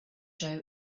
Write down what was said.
show